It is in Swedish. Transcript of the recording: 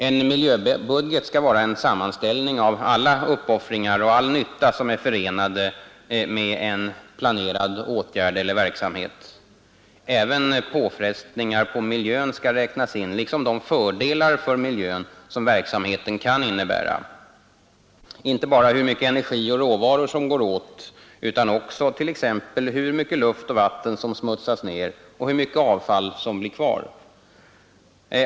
En miljöbudget skall vara en sammanställning av alla uppoffringar och all nytta som är förenade med en planerad åtgärd eller verksamhet. Även påfrestningar på miljön skall räknas in liksom de fördelar för miljön som verksamheten kan innebära — inte bara hur mycket energi och råvaror som går åt utan även t.ex. hur mycket luft och vatten som smutsas ned och hur mycket avfall som blir kvar.